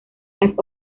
las